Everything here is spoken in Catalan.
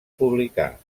publicar